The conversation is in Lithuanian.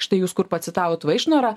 štai jūs kur pacitavot vaišnorą